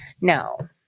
no